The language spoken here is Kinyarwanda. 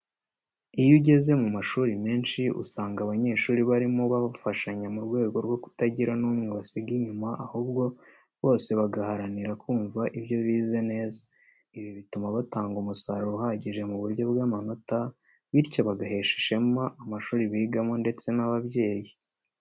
Iyo ugeze mu mashuri menshi usanga abanyeshuri barimo bafashanya mu rwego rwo kutagira n'umwe basiga inyuma ahubwo bose bagaharanira kumva ibyo bize neza. Ibi bituma batanga umusaruro uhagije mu buryo bw'amanota, bityo bagahesha ishema amashuri bigamo ndetse n'ababyeyi.